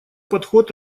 подход